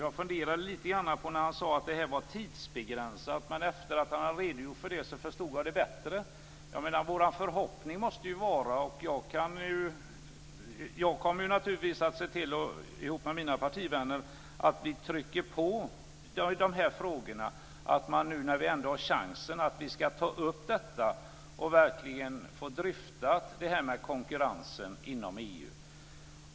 Jag funderade lite grann när han sade att detta var tidsbegränsat, men sedan han redogjort för det förstod jag det bättre. Jag kommer naturligtvis, tillsammans med mina partivänner, att se till att vi trycker på i de här frågorna, nu när vi har chansen att ta upp detta och verkligen få dryfta konkurrensen inom EU.